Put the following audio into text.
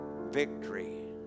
victory